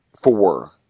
Four